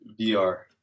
VR